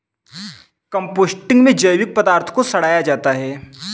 composting में जैविक पदार्थ को सड़ाया जाता है